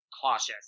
cautious